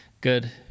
good